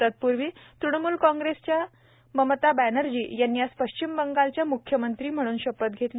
तत्पूर्वी तृणमूल काँग्रेसच्या ममता बॅनर्जी यांनी आज पश्चिम बंगालच्या म्ख्यमंत्री म्हणून शपथ घेतली